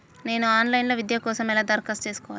నేను online విద్య కోసం ఎలా దరఖాస్తు చేసుకోవాలి?